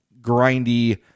grindy